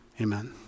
Amen